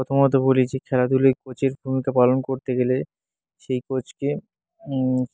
প্রথমত বলি যে খেলাধুলায় কোচের ভূমিকা পালন করতে গেলে সেই কোচকে